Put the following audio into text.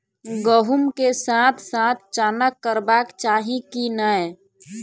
गहुम केँ साथ साथ चना करबाक चाहि की नै?